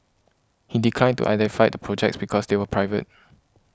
he declined to identify the projects because they were private